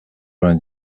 vingt